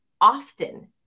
often